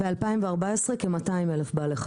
ב-2014 כ-200 אלף בעלי חיים.